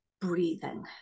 breathing